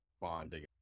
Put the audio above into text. bonding